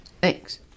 thanks